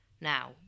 Now